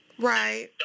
Right